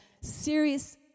serious